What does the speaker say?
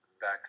back